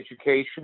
education